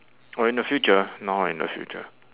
oh in the future long in the future